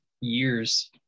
years